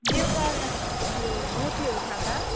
बेलुका यो रोटीहरू खाँदा